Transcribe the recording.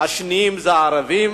השניים הם הערבים,